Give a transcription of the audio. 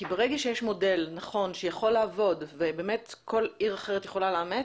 כי ברגע שיש מודל נכון שיכול לעבוד ובאמת כל עיר אחרת יכולה לאמץ,